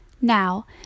Now